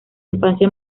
infancia